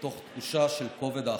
מתוך תחושה של כובד האחריות.